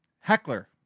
Heckler